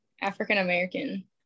African-American